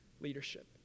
leadership